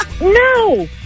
No